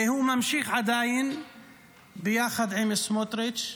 והוא עדיין ממשיך ביחד עם סמוטריץ'